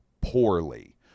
poorly